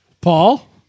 Paul